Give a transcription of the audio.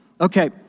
Okay